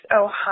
Ohio